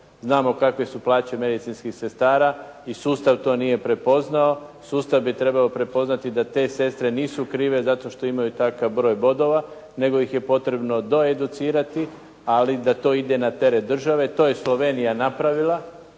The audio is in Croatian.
Znamo kakve su plaće medicinskih sestara i sustav to nije prepoznao. Sustav bi trebao prepoznati da te sestre nisu krive zato što imaju takav broj bodova nego ih je potrebno doeducirati ali da to ide na teret države. To je Slovenija napravila